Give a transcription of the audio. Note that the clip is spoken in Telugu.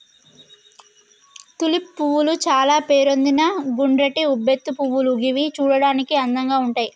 తులిప్ పువ్వులు చాల పేరొందిన గుండ్రటి ఉబ్బెత్తు పువ్వులు గివి చూడడానికి అందంగా ఉంటయ్